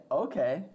okay